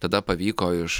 tada pavyko iš